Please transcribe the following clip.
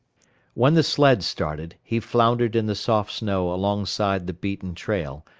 when the sled started, he floundered in the soft snow alongside the beaten trail,